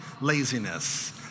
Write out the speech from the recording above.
laziness